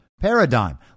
paradigm